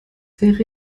wäre